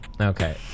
Okay